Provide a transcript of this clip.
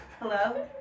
Hello